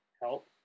help